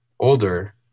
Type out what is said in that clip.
older